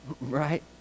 Right